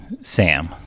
sam